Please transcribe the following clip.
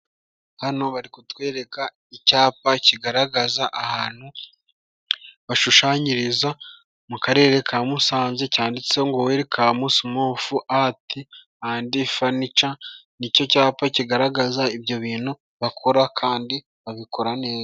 Hano bari kutwereka icapa kigaragaza ahantu bashushanyiriza mu karere ka Musanze, cyanditse ngo welikamu simufu ati andi fanica, ni co capa kigaragaza ibyo bintu bakora kandi babikora neza.